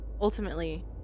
ultimately